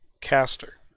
caster